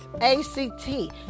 A-C-T